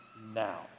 now